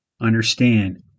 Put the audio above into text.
understand